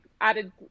added